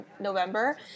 November